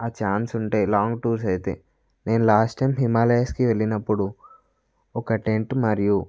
ఆ ఛాన్స్ ఉంటే long tours అయితే నేను లాస్ట్ టైం హిమాలయన్స్కి వెళ్ళినప్పుడు ఒక టెంట్ మరియు